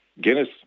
Guinness